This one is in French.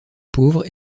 pauvres